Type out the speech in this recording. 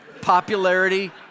Popularity